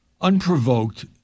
unprovoked